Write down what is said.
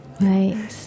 Right